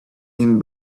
him